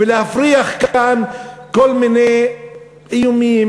כדי להפריח כאן כל מיני איומים,